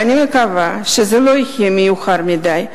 ואני מקווה שזה לא יהיה מאוחר מדי,